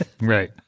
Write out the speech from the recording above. Right